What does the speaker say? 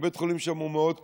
ובית החולים שם הוא מאוד קטן.